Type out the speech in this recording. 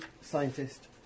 scientist